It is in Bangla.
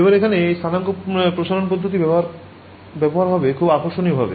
এবার এখানে এই স্থানাঙ্ক প্রসারণ পদ্ধতি ব্যবহার হবে খুব আকর্ষণীয় ভাবে